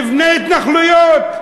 נבנה התנחלויות,